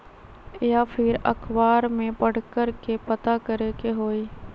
या फिर अखबार में पढ़कर के पता करे के होई?